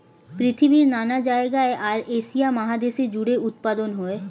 পৃথিবীর নানা জায়গায় আর এশিয়া মহাদেশ জুড়ে উৎপাদন হয়